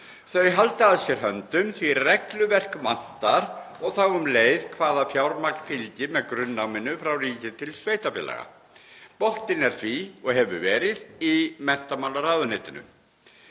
Þau halda að sér höndum því að regluverk vantar og þá um leið hvaða fjármagn fylgir með grunnnáminu frá ríki til sveitarfélaga. Boltinn er því og hefur verið í menntamálaráðuneytinu.